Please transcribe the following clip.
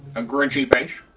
a grinch-y face.